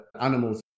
animals